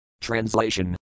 Translation